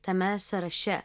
tame sąraše